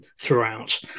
throughout